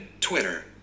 Twitter